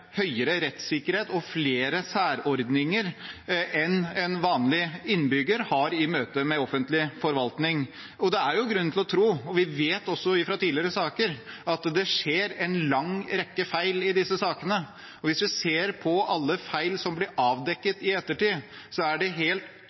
rettssikkerhet og flere særordninger enn en vanlig innbygger har i møte med offentlig forvaltning. Det er grunn til å tro – vi vet også fra tidligere saker – at det skjer en lang rekke feil i disse sakene, og hvis vi ser på alle feil som blir avdekket i ettertid, er det helt